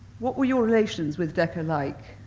what were you relations with decca like